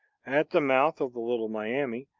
at the mouth of the little miami,